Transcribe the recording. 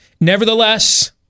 Nevertheless